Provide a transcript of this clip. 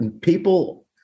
people